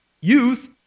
youth